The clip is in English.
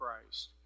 Christ